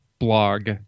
blog